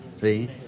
See